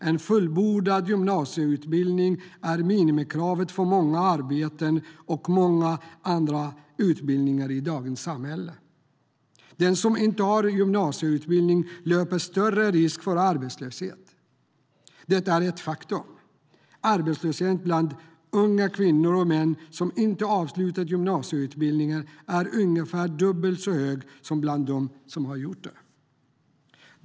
En fullbordad gymnasieutbildning är minimikravet för många arbeten och många andra utbildningar i dagens samhälle. Den som inte har gymnasieutbildning löper större risk för arbetslöshet. Det är ett faktum. Arbetslösheten bland unga kvinnor och män som inte avslutat en gymnasieutbildning är ungefär dubbelt så hög som bland dem som har det.